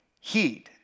heed